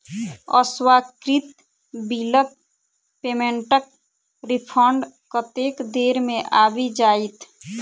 अस्वीकृत बिलक पेमेन्टक रिफन्ड कतेक देर मे आबि जाइत?